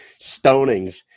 stonings